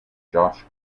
josh